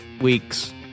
weeks